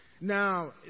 Now